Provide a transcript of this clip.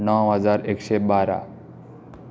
णव हजार एकशे बारा